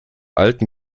alten